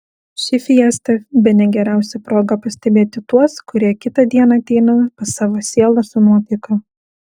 ši fiesta bene geriausia proga pastebėti tuos kurie kitą dieną ateina pas savo sielas su nuotaika